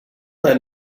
that